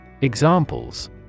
Examples